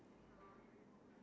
example